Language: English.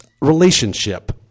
relationship